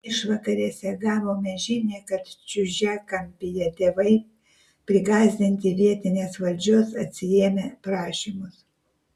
išvakarėse gavome žinią kad čiužiakampyje tėvai prigąsdinti vietinės valdžios atsiėmė prašymus